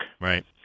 Right